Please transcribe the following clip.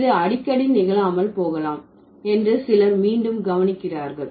இது அடிக்கடி நிகழாமல் போகலாம் என்று சிலர் மீண்டும் கவனிக்கிறார்கள்